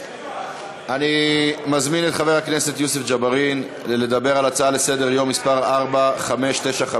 אני מזמין את חבר הכנסת יוסף ג'בארין לדבר על הצעה לסדר-היום מס' 4595: